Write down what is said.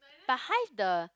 but hive the